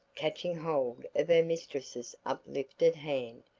catching hold of her mistress's uplifted hand,